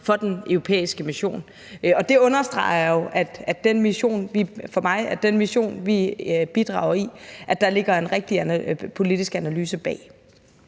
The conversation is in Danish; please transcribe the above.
for den europæiske mission. Det understreger jo for mig, at den mission, vi bidrager til, ligger der en rigtig politisk analyse bag.